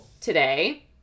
today